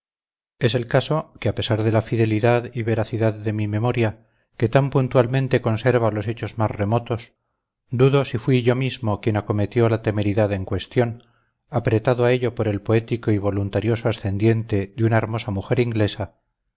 es el caso que a pesar de la fidelidad y veracidad de mi memoria que tan puntualmente conserva los hechos más remotos dudo si fui yo mismo quien acometió la temeridad en cuestión apretado a ello por el poético y voluntarioso ascendiente de una hermosa mujer inglesa